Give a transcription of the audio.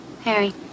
Harry